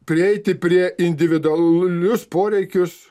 prieiti prie individualius poreikius